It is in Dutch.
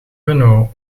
renault